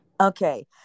Okay